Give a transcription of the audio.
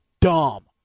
dumb